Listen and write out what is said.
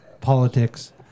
politics